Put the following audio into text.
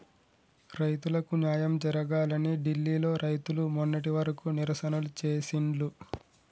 రైతులకు న్యాయం జరగాలని ఢిల్లీ లో రైతులు మొన్నటి వరకు నిరసనలు చేసిండ్లు